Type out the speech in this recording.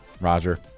Roger